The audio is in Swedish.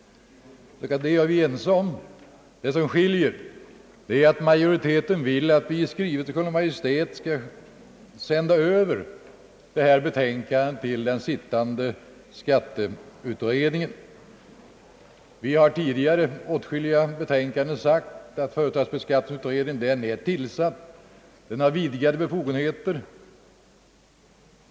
Det som skiljer är att majoriteten vill att riksdagen i skrivelse till Kungl. Maj:t skall sända över detta betänkande till den sittande företagsskatteutredningen. Vi har tidigare i åtskilliga betänkanden framhållit att företagsskatteutred ningen är tillsatt. Den har vidsträckta befogenheter.